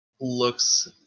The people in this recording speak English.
looks